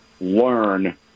learn